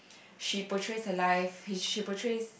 she portrays her life she portrays